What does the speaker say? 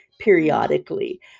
periodically